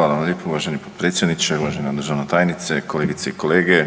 Hvala vam lijepo poštovani potpredsjedniče. Uvažena državna tajnice, kolegice i kolege.